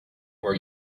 were